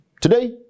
Today